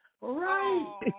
Right